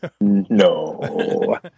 no